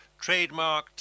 trademarked